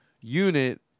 Unit